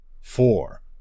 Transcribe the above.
Four